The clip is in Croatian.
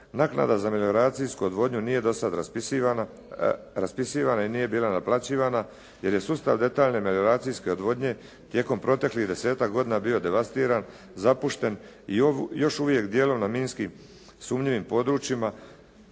Naknada za melioracijsku odvodnju nije do sada raspisivana i nije bila naplaćivana, jer je sustav detaljne melioracijske odvodnje tijekom proteklih desetak godina bio devastiran, zapušten i još uvije dijelom na minskim sumnjivim područjima,